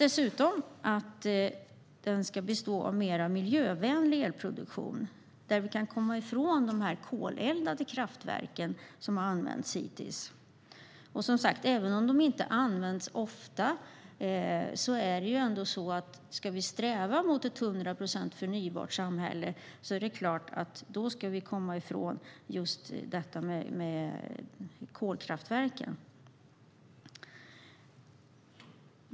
Effektreserven borde också bestå av mer miljövänlig elproduktion så att man kan komma ifrån de koleldade kraftverken som hittills har använts. Även om de inte används ofta bör man komma ifrån detta med kolkraftverken, om man ska sträva mot målet 100 procent förnybart. Fru talman!